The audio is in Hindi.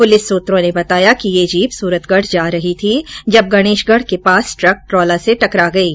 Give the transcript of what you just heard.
पुलिस सूत्रों ने बताया कि ये जीप सूरतगढ जा रही थी जब गणेशगढ के पास ट्रक ट्रोला से टकरा गयी